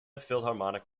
philharmonic